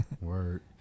Word